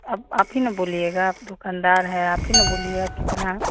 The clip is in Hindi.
अब आप ही ना बोलिएगा आप दुकानदार है आप ही ना बोलिएगा कितना